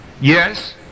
Yes